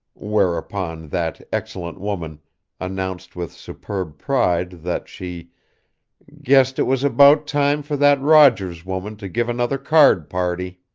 whereupon that excellent woman announced with superb pride that she guessed it was about time for that rogers woman to give another card-party.